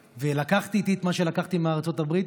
לקחתי איתי את מה שלקחתי מארצות הברית,